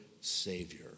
savior